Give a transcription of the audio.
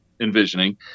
envisioning